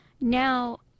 now